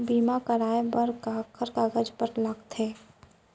बीमा कराय बर काखर कागज बर लगथे?